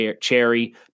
cherry